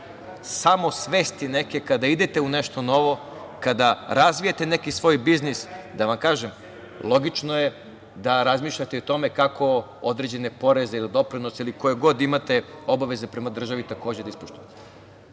samosvesti neke da kada idete u nešto novo, kada razvijate neki svoj biznis, logično je da razmišljate i o tome kako određene poreze ili doprinose, ili koje god imate obaveze prema državi, takođe da ispoštujete.